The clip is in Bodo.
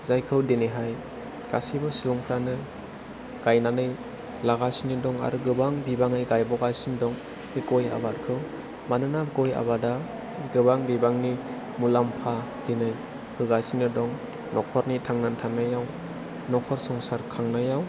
जायखौ दिनैहाय गासैबो सुबुंफ्रानो गायनानै लागासिनो दं आरो गोबां बिबाङै गायबावगासिनो दं बे गय आबादखौ मानोना गय आबादा गोबां बिबांनि मुलाम्फा दिनै होगासिनो दं न'खरनि थांनानै थानायाव न'खर संसार खांनायाव